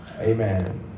Amen